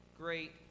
great